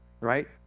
right